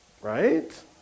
Right